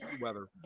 weather